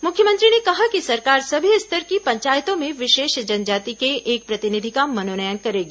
मुख्यमंत्री ने कहा कि सरकार सभी स्तर की पंचायतों में विशेष जनजाति के एक प्रतिनिधि का मनोनयन करेगी